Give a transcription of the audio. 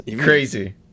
Crazy